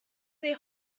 their